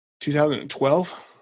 2012